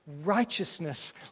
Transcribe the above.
righteousness